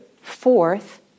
fourth